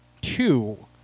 two